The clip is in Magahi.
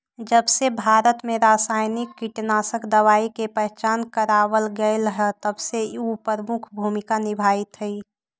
जबसे भारत में रसायनिक कीटनाशक दवाई के पहचान करावल गएल है तबसे उ प्रमुख भूमिका निभाई थई